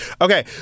Okay